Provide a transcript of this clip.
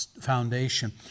foundation